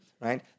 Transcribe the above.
right